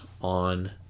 on